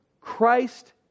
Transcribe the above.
Christ